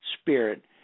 spirit